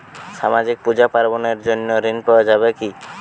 সামাজিক পূজা পার্বণ এর জন্য ঋণ পাওয়া যাবে কি?